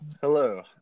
Hello